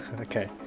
Okay